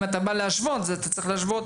אם אתה בא להשוות זה אתה צריך להשוות